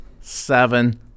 seven